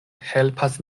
helpas